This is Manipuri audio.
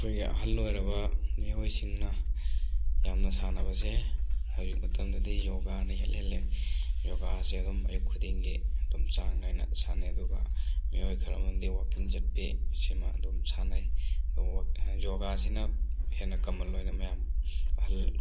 ꯑꯩꯈꯣꯏꯒꯤ ꯑꯍꯜ ꯑꯣꯏꯔꯕ ꯃꯤꯑꯣꯏꯁꯤꯡꯅ ꯌꯥꯝꯅ ꯁꯥꯟꯅꯕꯁꯦ ꯍꯧꯖꯤꯛ ꯃꯇꯝꯗꯗꯤ ꯌꯣꯒꯥꯅ ꯏꯍꯦꯟ ꯍꯦꯜꯂꯦ ꯌꯣꯒꯥꯁꯦ ꯑꯗꯨꯝ ꯑꯌꯨꯛ ꯈꯨꯗꯤꯡꯒꯤ ꯑꯗꯨꯝ ꯆꯥꯡ ꯅꯥꯏꯅ ꯁꯥꯟꯅꯩ ꯑꯗꯨꯒ ꯃꯤꯑꯣꯏ ꯈꯔ ꯑꯃꯗꯤ ꯋꯥꯛꯀꯤꯡ ꯆꯠꯄꯤ ꯁꯤꯃ ꯑꯗꯨꯝ ꯁꯥꯟꯅꯩ ꯑꯗꯨꯒ ꯌꯣꯒꯥꯁꯤꯅ ꯍꯦꯟꯅ ꯀꯃꯟ ꯑꯣꯏꯅ ꯃꯌꯥꯝ ꯑꯍꯜ